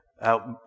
out